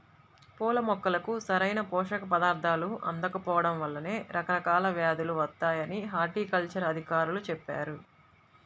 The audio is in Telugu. పూల మొక్కలకు సరైన పోషక పదార్థాలు అందకపోడం వల్లనే రకరకాల వ్యేదులు వత్తాయని హార్టికల్చర్ అధికారులు చెప్పారు